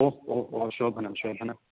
ओ हो हो शोभनं शोभनम्